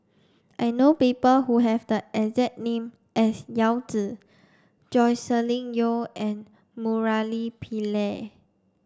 I know people who have the exact name as Yao Zi Joscelin Yeo and Murali Pillai